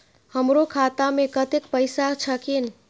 हमरो खाता में कतेक पैसा छकीन?